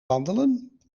wandelen